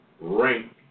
Rank